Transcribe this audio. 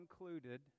included